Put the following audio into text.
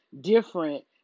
different